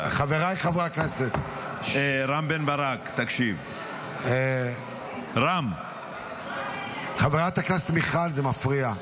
חבריי חברי הכנסת, חברת הכנסת מיכל, זה מפריע.